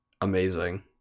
amazing